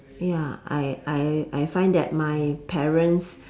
ya I I I find that my parents